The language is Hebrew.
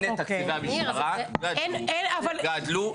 הנה תקציבי המשטרה גדלו, גדלו.